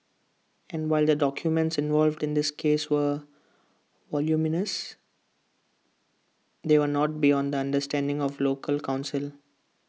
and while the documents involved in this case were voluminous they were not beyond the understanding of local counsel